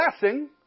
blessing